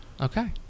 Okay